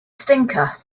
stinker